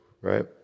right